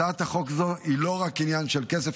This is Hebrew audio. הצעת חוק זו היא לא רק עניין של כסף,